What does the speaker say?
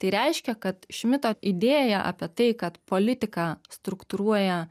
tai reiškia kad šmito idėja apie tai kad politiką struktūruoja